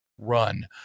run